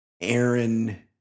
Aaron